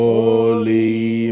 Holy